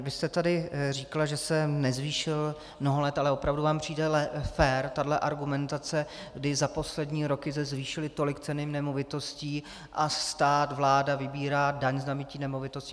Vy jste tady říkala, že se nezvýšil mnoho let, ale opravdu vám přijde fér tahle argumentace, kdy za poslední roky se zvýšily tolik ceny nemovitostí a stát, vláda, vybírá daň z nabytí nemovitosti?